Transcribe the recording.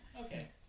Okay